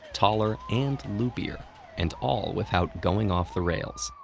taller, and loopier and all without going off the rails.